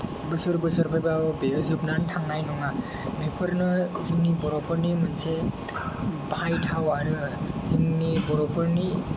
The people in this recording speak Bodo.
बोसोर बोसोर फैबाबो बेयो जोबनानै थांनाय नङा बेफोरनो जोंनि बर'फोरनि मोनसे बाहायथाव आरो जोंनि बर'फोरनि